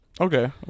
Okay